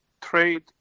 trade